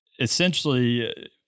essentially –